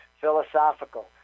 philosophical